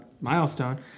milestone